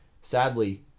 Sadly